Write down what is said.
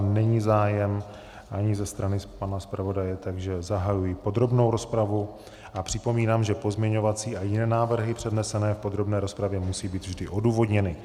Není zájem, ani ze strany pana zpravodaje, takže zahajuji podrobnou rozpravu a připomínám, že pozměňovací a jiné návrhy přednesené v podrobné rozpravě musí být vždy odůvodněny.